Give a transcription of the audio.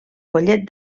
collet